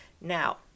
now